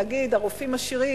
הרופאים עשירים,